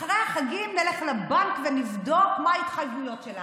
אחרי החגים נלך לבנק ונבדוק מה ההתחייבויות שלנו,